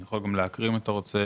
אני יכול לקרוא אותם, אם אתה רוצה.